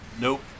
Nope